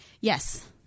Yes